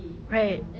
right